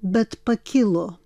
bet pakilo